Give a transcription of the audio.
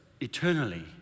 eternally